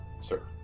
sir